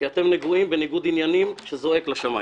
כי אתם נגועים בניגוד עניינים שזועק לשמיים.